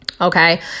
Okay